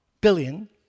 Billion